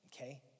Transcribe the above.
Okay